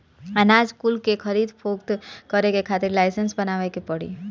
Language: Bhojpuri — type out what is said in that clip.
अनाज कुल के खरीद फोक्त करे के खातिर लाइसेंस बनवावे के पड़ी